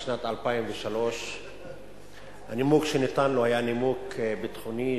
בשנת 2003. הנימוק שניתן לו היה נימוק ביטחוני,